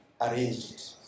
arranged